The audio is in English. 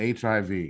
HIV